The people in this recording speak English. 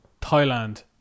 Thailand